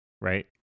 right